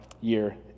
year